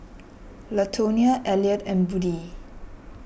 Latonia Eliot and Buddie